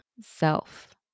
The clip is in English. self